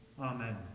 Amen